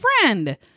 friend